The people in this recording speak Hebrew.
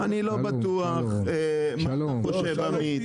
אני לא בטוח -- סגן שר החקלאות ופיתוח הכפר משה אבוטבול: שלום,